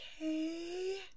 Okay